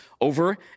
over